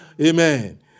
Amen